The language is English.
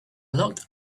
locked